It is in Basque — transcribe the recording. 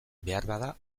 beharbada